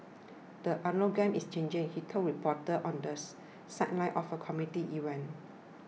the algorithm is changing he told reporters on the sidelines of a community event